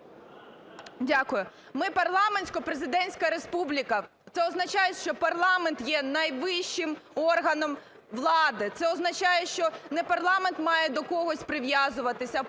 Дякую. Ми парламентсько-президентська республіка. Це означає, що парламент є найвищим органом влади. Це означає, що не парламент має до когось прив'язуватися, а,